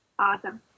Awesome